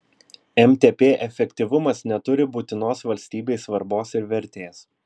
mtp efektyvumas neturi būtinos valstybei svarbos ir vertės